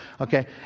okay